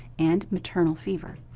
and maternal fever.